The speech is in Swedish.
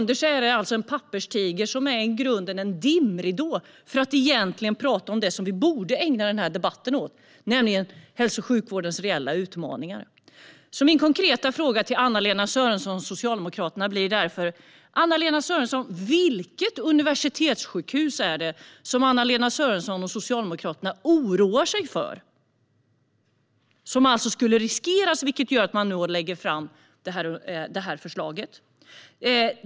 Detta är en papperstiger som i grunden är en dimridå för att slippa tala om det som vi egentligen borde ägna denna debatt åt, nämligen hälso och sjukvårdens reella utmaningar. Min konkreta fråga till Anna-Lena Sörenson, Socialdemokraterna, blir därför: Vilket universitetssjukhus är det som Anna-Lena Sörenson och Socialdemokraterna oroar sig för? Vilket sjukhus är det som skulle riskeras och som gör att man nu lägger fram detta förslag?